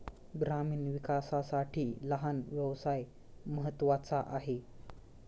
ग्रामीण विकासासाठी लहान व्यवसाय महत्त्वाचा आहे